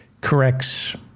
corrects